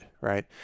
right